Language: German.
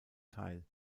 teil